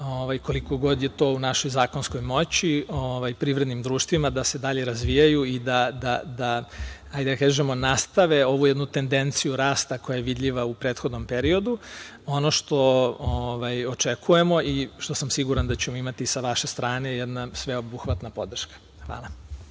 koliko god je to u našoj zakonskoj moći, privrednim društvima da se dalje razvijaju i da nastave ovu jednu tendenciju rasta koja je vidljiva u prethodnom periodu. Ono što očekujemo i što sam siguran da ćemo imati sa vaše strane je jedna sveobuhvatna podrška. Hvala.